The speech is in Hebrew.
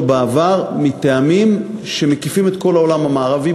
בעבר מטעמים שמקיפים את כל העולם המערבי.